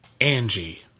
Angie